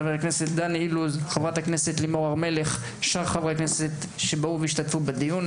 חברי הכנסת דן אילוז ולימור סון הר מלך ולשאר המשתתפים בדיון.